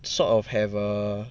sort of have a